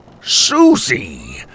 Susie